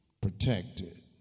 protected